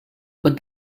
but